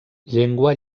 llengua